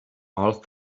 all